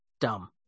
dumb